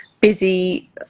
busy